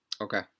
Okay